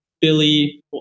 Billy